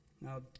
Now